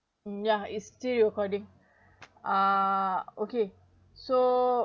ya is still recording uh okay so